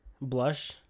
blush